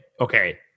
okay